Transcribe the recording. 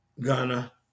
Ghana